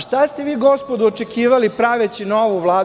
Šta ste vi, gospodo, očekivali praveći novu Vladu?